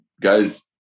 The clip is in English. guys